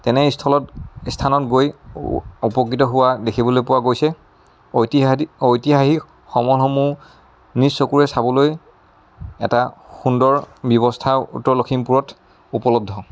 তেনেস্থলত স্থানত গৈ উপকৃত হোৱা দেখিবলৈ পোৱা গৈছে ঐতিহাদি ঐতিহাসিক সমলসমূহ নিজ চকুৰে চাবলৈ এটা সুন্দৰ ব্যৱস্থা উত্তৰ লখিমপুৰত উপলব্ধ